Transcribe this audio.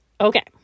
Okay